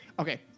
Okay